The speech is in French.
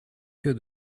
que